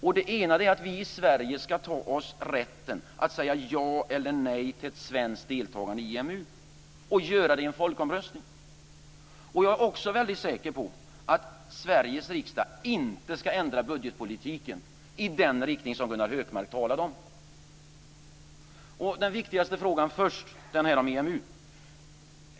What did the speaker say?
Den ena saken är att vi i Sverige ska ta oss rätten att säga ja eller nej till ett svenskt deltagande i EMU - och det ska göras i en folkomröstning. Jag är också säker på att Sveriges riksdag inte ska ändra budgetpolitiken i den riktning som Gunnar Hökmark talade om. Den viktigaste frågan först - EMU.